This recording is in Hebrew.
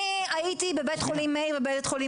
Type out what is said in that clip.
אני הייתי בבית חולים מאיר ובבית חולים